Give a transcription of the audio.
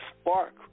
spark